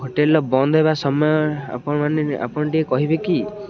ହୋଟେଲ୍ର ବନ୍ଦ ହେବା ସମୟ ଆପଣମାନେ ଆପଣ ଟିକେ କହିବେ କି